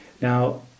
Now